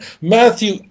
Matthew